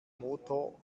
motor